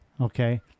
Okay